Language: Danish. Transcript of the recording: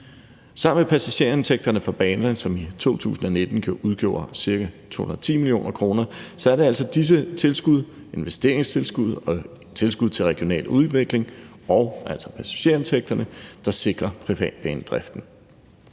Sammen med passagerindtægterne fra banerne, som i 2019 udgjorde ca. 210 mio. kr., er det altså disse tilskud – investeringstilskuddet og tilskuddet til regional udvikling – der sikrer privatbanedriften.